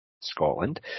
Scotland